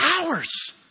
Hours